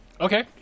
Okay